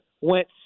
went